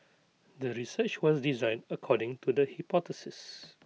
the research was designed according to the hypothesis